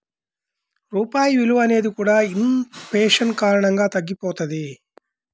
రూపాయి విలువ అనేది కూడా ఇన్ ఫేషన్ కారణంగా తగ్గిపోతది